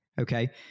Okay